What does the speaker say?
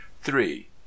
three